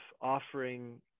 offering